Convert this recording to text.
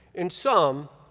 in sum,